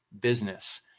business